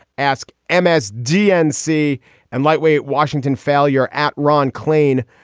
ask em as dnc and lightweight washington failure at ron clain,